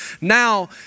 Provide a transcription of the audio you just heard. now